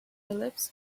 lips